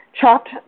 Chopped